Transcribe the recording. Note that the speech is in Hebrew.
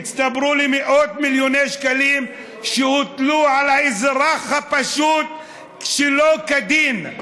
הצטברו למאות מיליוני שקלים שהוטלו על האזרח הפשוט שלא כדין.